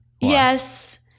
Yes